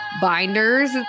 binders